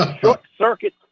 short-circuit